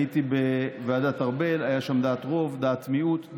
הייתי בוועדת ארבל, היה שם דעת רוב, דעת מיעוט.